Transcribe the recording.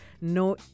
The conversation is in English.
no